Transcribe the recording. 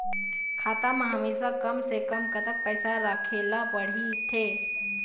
खाता मा हमेशा कम से कम कतक पैसा राखेला पड़ही थे?